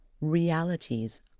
realities